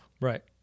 Right